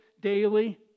daily